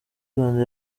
rwanda